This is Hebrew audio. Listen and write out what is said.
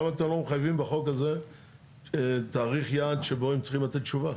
למה אתם לא מחייבים בחוק הזה תאריך יעד שבו הם צריכים לתת תשובה?